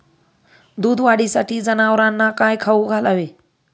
दूध वाढीसाठी जनावरांना काय खाऊ घालावे?